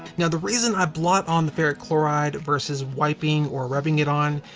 now the reason i blot on the ferric chloride, versus wiping or rubbing it on,